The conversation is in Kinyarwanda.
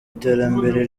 iterambere